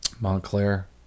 Montclair